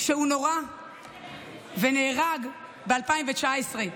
שנורה ונהרג ב-2019,